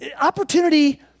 Opportunity